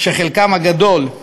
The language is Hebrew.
שחלקם הגדול,